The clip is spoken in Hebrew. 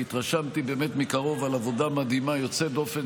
והתרשמתי באמת מקרוב מעבודה מדהימה ויוצאת דופן